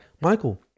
Michael